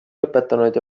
lõpetanud